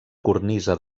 cornisa